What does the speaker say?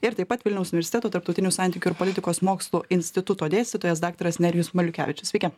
ir taip pat vilniaus universiteto tarptautinių santykių ir politikos mokslų instituto dėstytojas daktaras nerijus maliukevičius sveiki